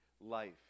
life